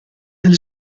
del